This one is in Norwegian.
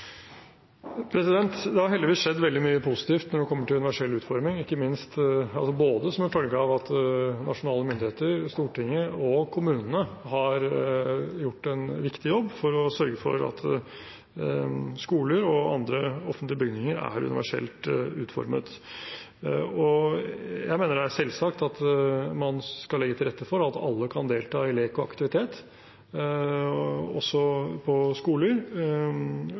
Det har heldigvis skjedd veldig mye positivt når det kommer til universell utforming, som en følge av at både nasjonale myndigheter, Stortinget og kommunene har gjort en viktig jobb for å sørge for at skoler og andre offentlige bygninger er universelt utformet. Jeg mener at det er selvsagt at man skal legge til rette for at alle kan delta i lek og aktivitet, også på skoler